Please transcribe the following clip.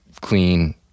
clean